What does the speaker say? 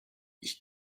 ich